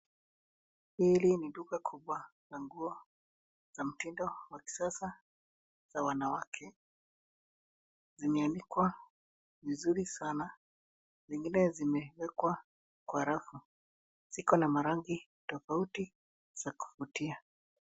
Hili ni duka kubwa la nguo na mtindo wa kisasa za wanawake, zimeanikwa vizuri sana, zingine zimewekwa kwa rafu, ziko na marangi tafauti za kuvutia.